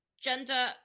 gender